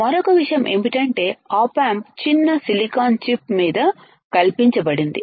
మరొక విషయం ఏమిటంటే ఆప్ ఆంప్ చిన్న సిలికాన్ చిప్ మీద కల్పించబడింది